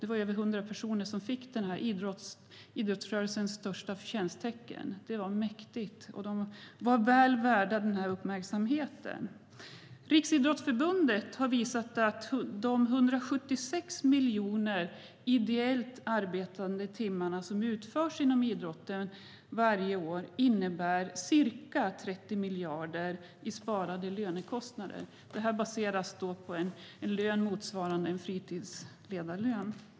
Det var över 100 personer som fick idrottsrörelsens största förtjänsttecken. Det var mäktigt. Och de var väl värda uppmärksamheten. Riksidrottsförbundet har visat att de 176 miljoner ideellt arbetade timmarna som utförs inom idrotten varje år innebär ca 30 miljarder kronor i sparade lönekostnader, baserat på en fritidsledarlön.